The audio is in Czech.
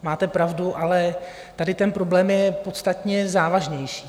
Máte pravdu, ale tady ten problém je podstatně závažnější.